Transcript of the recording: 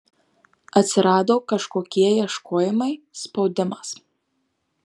atsirado kažkokie ieškojimai spaudimas